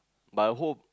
but I hope